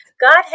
God